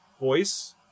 Voice